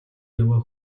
яваа